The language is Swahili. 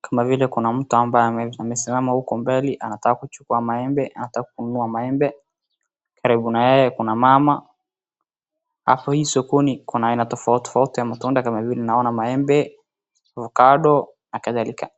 kama vile kuna mtu ambaye amesimama huko mbali anataka kuchukua maembe, anataka kununua maembe, karibu na yeye kuna mama, halafu hii sokoni kuna aina tofautitofauti ya matunda kama vile naona maembe, avokado na kadhalika.